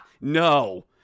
No